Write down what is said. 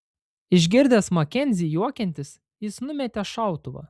išgirdęs makenzį juokiantis jis numetė šautuvą